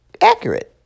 accurate